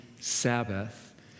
Sabbath